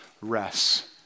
rests